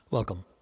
Welcome